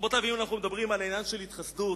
אם אנחנו מדברים על עניין של התחסדות,